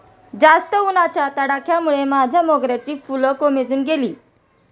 जास्त उन्हाच्या तडाख्यामुळे माझ्या मोगऱ्याची फुलं कोमेजून गेली